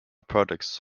products